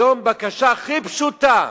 היום, בקשה הכי פשוטה,